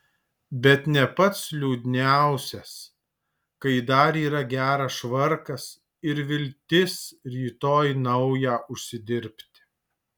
bet ne pats liūdniausias kai dar yra geras švarkas ir viltis rytoj naują užsidirbti